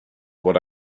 what